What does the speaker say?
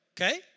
okay